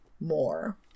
more